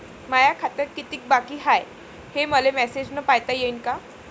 माया खात्यात कितीक बाकी हाय, हे मले मेसेजन पायता येईन का?